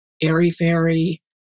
airy-fairy